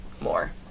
more